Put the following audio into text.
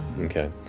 Okay